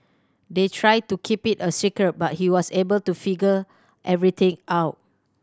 they tried to keep it a secret but he was able to figure everything out